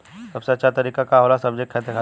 सबसे अच्छा तरीका का होला सब्जी के खेती खातिर?